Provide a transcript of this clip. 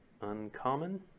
uncommon